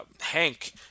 Hank